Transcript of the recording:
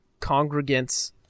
congregants